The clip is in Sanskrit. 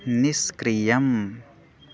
निष्क्रियम्